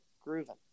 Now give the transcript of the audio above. Grooving